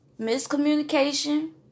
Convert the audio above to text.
Miscommunication